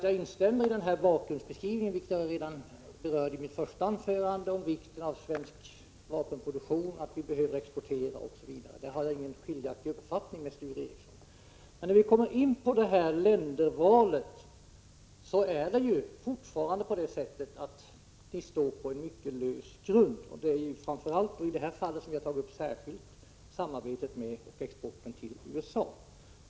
Jag instämmer i bakgrundsbeskrivningen — vilket jag redan berörde i mitt första anförande — när det gäller vikten av svensk vapenproduktion, att vi behöver exportera osv. Därvidlag har Sture Ericson och jag inte skiljaktiga uppfattningar. Men när vi kommer in på ländervalet vill jag säga att det fortfarande står på mycket lös grund. I det här fallet, som vi har tagit upp särskilt, gäller det sambandet med och exporten till USA.